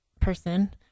person